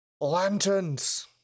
lanterns